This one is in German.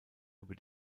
über